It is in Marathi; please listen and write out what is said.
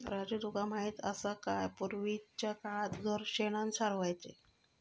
राजू तुका माहित हा काय, पूर्वीच्या काळात घर शेणानं सारवायचे